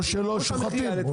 או שלא שוחטים.